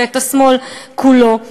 זה השמאל כולו,